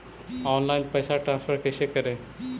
Online पैसा transfer कैसे करे?